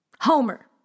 homer